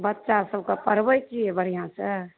बच्चा सबके पढ़बै छियै बढ़िआँ से